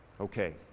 Okay